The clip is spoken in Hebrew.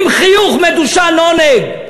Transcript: עם חיוך מדושן עונג,